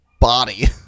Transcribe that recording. body